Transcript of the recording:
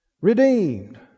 redeemed